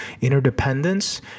interdependence